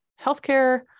healthcare